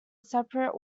separate